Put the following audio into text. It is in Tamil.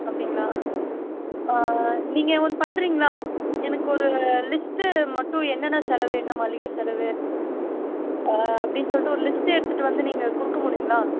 அப்படிங்களா நீங்க ஒன்று பண்ணுறீங்களா எனக்கு ஒரு லிஸ்ட்டு மட்டும் என்னென்ன செலவு என்ன மளிகை செலவு அப்படினு சொல்லிட்டு ஒரு லிஸ்ட்டு எடுத்துகிட்டு வந்து நீங்க கொடுக்க முடியுங்களா